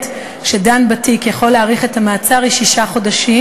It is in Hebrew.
שדן בתיק יכול להאריך את המעצר היא שישה חודשים,